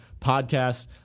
podcast